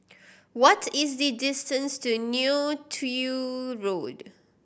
what is the distance to Neo Tiew Road